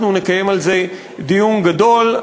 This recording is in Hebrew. אנחנו נקיים על זה דיון גדול,